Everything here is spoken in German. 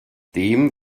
dem